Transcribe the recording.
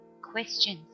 questions